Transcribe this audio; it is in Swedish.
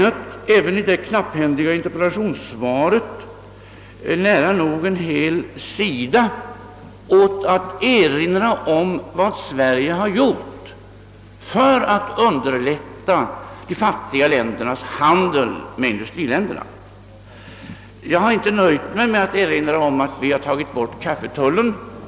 Jag har i det relativt korta interpellationssvaret ägnat nästan en hel sida åt att erinra om vad Sverige gjort för att underlätta de fattiga ländernas handel med industriländerna, Jag har inte nöjt mig med att erinra om att vi slopat kaffetullen.